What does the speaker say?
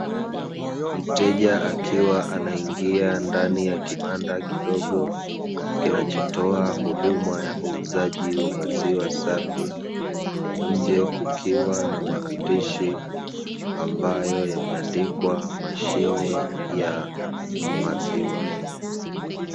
Mteja akiwa anaingia ndani ya kibanda kidogo, kinachotoa huduma ya uuzaji wa maziwa safi, nje kukiwa na maandishi ambayo yameandikwa mashine ya maziwa.